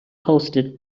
posted